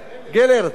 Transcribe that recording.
גֶלֶרְט.